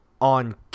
on